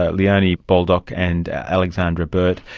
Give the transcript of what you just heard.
ah leonie baldock and alexandra burt,